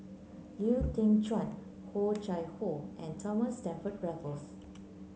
Lau Teng Chuan Oh Chai Hoo and Thomas Stamford Raffles